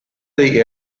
they